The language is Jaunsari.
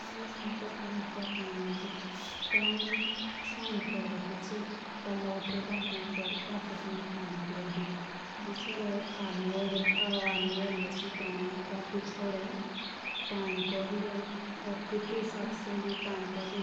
जूस मुंखे आलू पोकने एभी तो हौं एक लोटी कोरदा सोबसे एज टू तेंदो कोनी पनी प्रीलेरदा। या फिर टेटके बुरा तेंदे आलू चोददा। तो देर रात तक गर्मी खत्म हो जाएगी और जल्दी पक